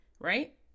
Right